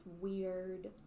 weird